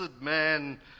man